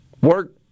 Work